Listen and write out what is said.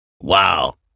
wow